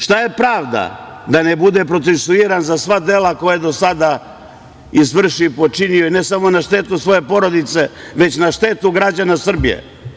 Šta je pravda, da ne bude procesuiran za sva dela koja je do sada izvršio i počinio i ne samo na štetu svoje porodice, već na štetu građana Srbije?